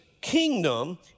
kingdom